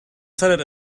senate